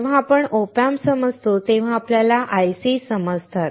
जेव्हा आपण OP Amps समजतो तेव्हा आपल्याला इंटिग्रेटेड सर्किट समजते